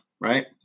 right